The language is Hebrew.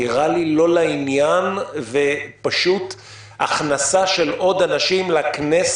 נראה לי לא לעניין והכנסה של עוד אנשים לכנסת,